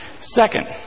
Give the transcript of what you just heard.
Second